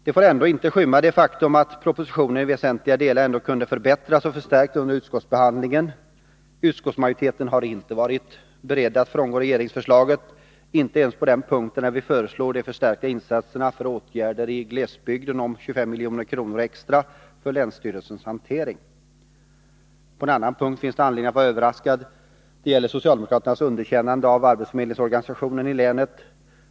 Detta får inte skymma det faktum att propositionen i väsentliga delar ändå skulle kunnat förbättras och förstärkas under utskottsbehandlingen. Utskottsmajoriteten har inte varit beredd att frångå regeringsförslaget, inte ens på den punkt där vi föreslagit förstärkta insatser för åtgärder i glesbygden om 25 milj.kr. extra för länsstyrelsens hantering. På en annan punkt finns det anledning att vara överraskad. Det gäller socialdemokraternas underkännande av arbetsförmedlingsorganisationen i 35 länet.